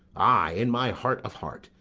ay, in my heart of heart,